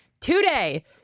today